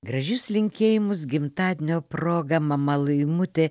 gražius linkėjimus gimtadienio proga mama laimutė